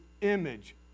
image